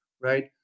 right